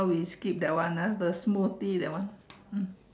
now we skip that one ah the smoothie that one mm